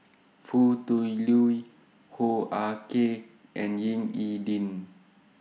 Foo Tui Liew Hoo Ah Kay and Ying E Ding